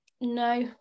no